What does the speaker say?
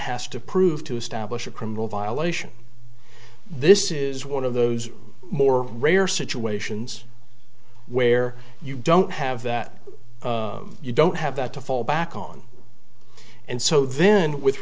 has to prove to establish a criminal violation this is one of those more rare situations where you don't have that you don't have that to fall back on and so then with